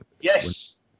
Yes